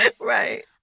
Right